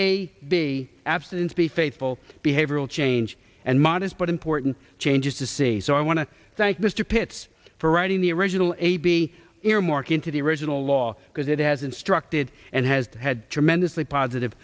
a b abstinence be faithful behavioral change and modest but important changes to see so i want to thank mr pitts for writing the original a b earmark into the original law because it has instructed and has had tremendously positive